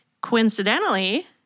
Coincidentally